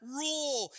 rule